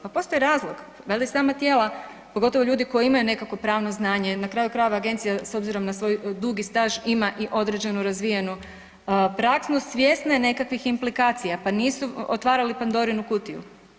Pa postoji razlog, dali bi sama tijela pogotovo ljudi koji imaju nekakvo pravno znanje, na kraju krajeva agencija s obzirom na svoj dugi staž ima i određenu razvijenu praksu svjesna je nekakvih implikacija pa nisu otvarali Pandorinu kutiju.